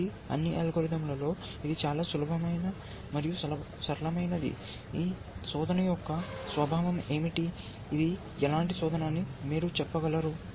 కాబట్టి అన్ని అల్గోరిథంలలో ఇది చాలా సరళమైనది ఈ శోధన యొక్క స్వభావం ఏమిటి ఇది ఎలాంటి శోధన అని మీరు చెప్పగలరు